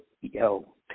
yo